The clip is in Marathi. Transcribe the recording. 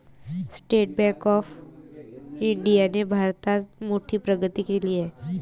स्टेट बँक ऑफ इंडियाने भारतात मोठी प्रगती केली आहे